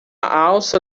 alça